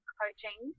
coaching